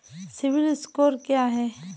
CIBIL score क्या है?